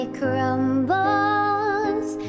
crumbles